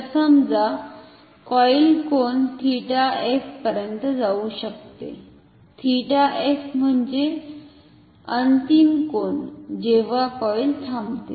तर समजा कॉइल कोन 𝜃f पर्यंत जाऊ शकते 𝜃f म्हणजे अंतिम कोन जेव्हा कॉइल थांबते